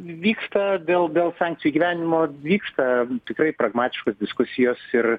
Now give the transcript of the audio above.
vyksta dėl dėl sankcijų įgyvendinimo vyksta tikrai pragmatiškos diskusijos ir